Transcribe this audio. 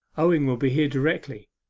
owen will be here directly